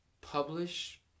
publish